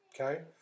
Okay